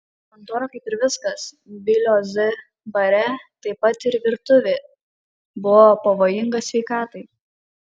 kontora kaip ir viskas bilio z bare taip pat ir virtuvė buvo pavojinga sveikatai